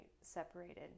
separated